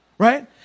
Right